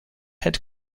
head